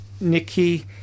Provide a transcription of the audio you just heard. Nikki